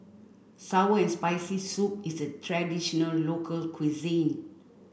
sour and spicy soup is a traditional local cuisine